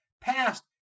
past